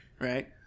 right